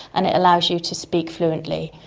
and it allows you to speak fluently.